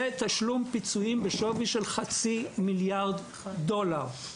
לתשלום פיצויים בשווי של חצי מיליארד דולר.